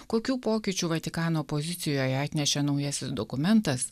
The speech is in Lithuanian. kokių pokyčių vatikano pozicijoje atnešė naujasis dokumentas